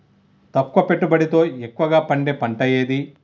తక్కువ పెట్టుబడితో ఎక్కువగా పండే పంట ఏది?